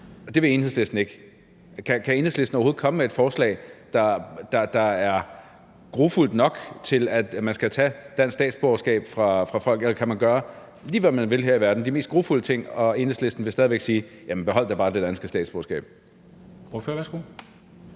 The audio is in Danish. det vil Enhedslisten ikke. Kan Enhedslisten overhovedet komme med et forslag, der er grufuldt nok, til at man skal tage statsborgerskabet fra folk? Eller kan man gøre, lige hvad man vil her i verden, de mest grufulde ting, og Enhedslisten vil stadig væk sige: Jamen behold da bare det danske statsborgerskab?